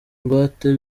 ingwate